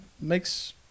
makes